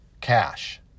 cash